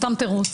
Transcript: סתם תירוץ.